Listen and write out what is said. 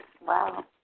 Wow